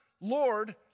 Lord